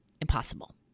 impossible